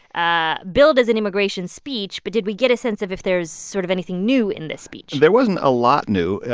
ah billed as an immigration speech. but did we get a sense of if there's sort of anything new in this speech? there wasn't a lot new.